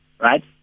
right